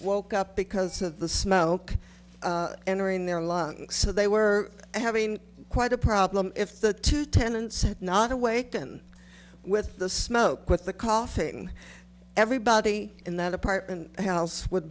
woke up because of the smoke entering their lungs so they were having quite a problem if the two tenants had not awaken with the smoke with the coughing everybody in that apartment house would